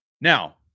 Now